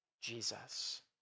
Jesus